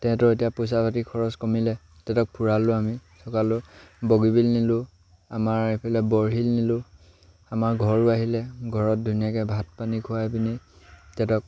তেহেতৰ এতিয়া পইচা পাতি খৰচ কমিলে তেহেতক ফুৰালোঁ আমি চকালোঁ বগীবিল নিলোঁ আমাৰ এইফালে বৰশিল নিলোঁ আমাৰ ঘৰো আহিলে ঘৰত ধুনীয়াকৈ ভাত পানী খুৱাই পিনি তেহেতক